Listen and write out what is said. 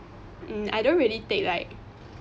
mm I don't really like